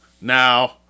Now